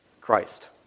Christ